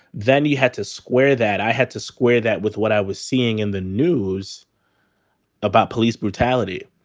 then you had to square that. i had to square that with what i was seeing in the news about police brutality.